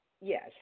yes